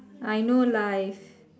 I no life